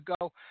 go